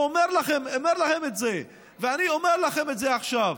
הוא אומר לכם את זה, ואני אומר לכם את זה עכשיו.